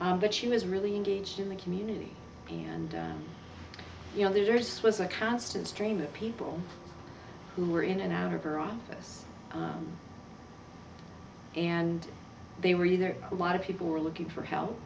s that she was really engaged in the community and you know there's was a constant stream of people who were in and out of her office and they really there a lot of people who are looking for help